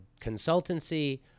consultancy